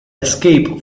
escape